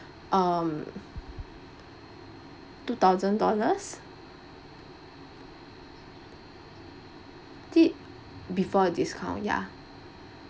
um two thousand dollars tee~ before the discount ya